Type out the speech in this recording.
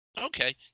Okay